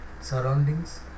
surroundings